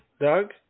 Doug